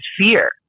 fear